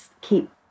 keep